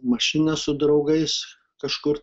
mašina su draugais kažkur